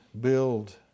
build